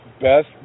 best